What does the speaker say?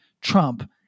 Trump